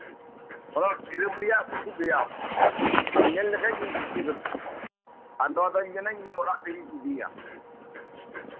ᱚᱱᱟ ᱫᱚ ᱥᱤᱨᱟᱹᱢ ᱨᱮᱭᱟᱜ ᱵᱩᱥᱩᱵ ᱨᱮᱭᱟᱜ ᱟᱢ ᱧᱮᱞ ᱞᱮᱠᱷᱟᱡ ᱜᱮᱢ ᱠᱩᱥᱤ ᱜᱚᱫᱚᱜ ᱟᱢ ᱟᱢ ᱢᱮᱱᱟᱢ ᱱᱚᱣᱟ ᱫᱚ ᱚᱲᱟᱜ ᱛᱤᱧ ᱤᱫᱤᱭᱟ